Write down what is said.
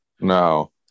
No